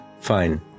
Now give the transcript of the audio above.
Fine